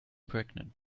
pregnant